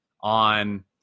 on